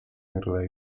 middle